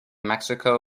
mexico